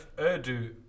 Urdu